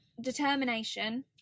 determination